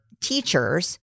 teachers